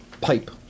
pipe